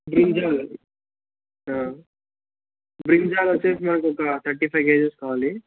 brinjal brinjal వచ్చి మాకు ఒక థర్టీ ఫైవ్ కేజీస్ కావాలి